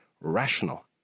rational